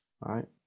right